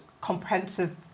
comprehensive